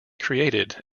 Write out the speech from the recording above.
created